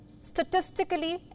Statistically